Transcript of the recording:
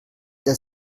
der